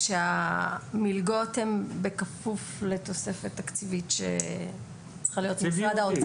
שמלגות הן בכפוף לתוספת תקציבית שצריכה להיות ממשרד האוצר,